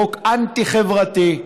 חוק אנטי-חברתי,